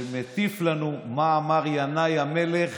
שמטיף לנו מה אמר ינאי המלך